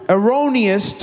erroneous